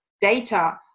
data